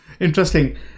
Interesting